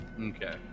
okay